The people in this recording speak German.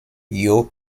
joe